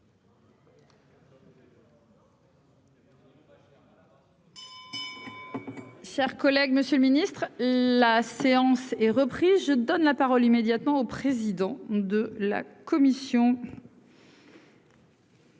Cher collègue, Monsieur le Ministre, la séance est reprise, je donne la parole immédiatement au président de la commission.